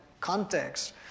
context